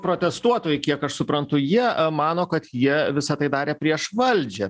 protestuotojai kiek aš suprantu jie mano kad jie visą tai darė prieš valdžią